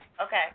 Okay